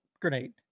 grenade